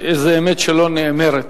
יש איזה אמת שלא נאמרת,